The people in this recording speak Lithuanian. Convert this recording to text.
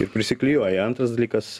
ir prisiklijuoji antras dalykas